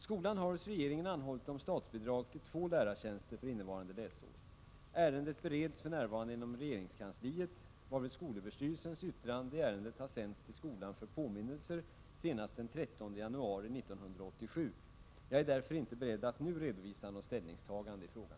Skolan har hos regeringen anhållit om statsbidrag till två lärartjänster för innevarande läsår. Ärendet bereds för närvarande inom regeringskansliet, varvid skolöverstyrelsens yttrande i ärendet har sänts till skolan för påminnelser senast den 13 januari 1987. Jag är därför inte beredd att nu redovisa något ställningstagande i frågan.